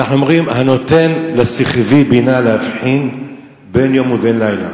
אומרים: "הנותן לשכווי בינה להבחין בין יום ובין לילה".